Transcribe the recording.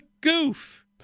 goof